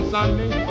Sunday